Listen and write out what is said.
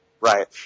Right